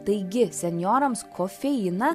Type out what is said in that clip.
taigi senjorams kofeiną